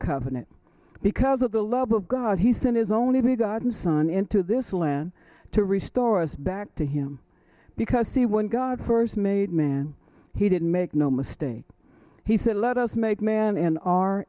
covenant because of the love of god he sent his only begotten son into this land to restore us back to him because see when god first made man he didn't make no mistake he said let us make man in our